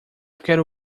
quero